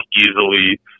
easily